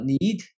need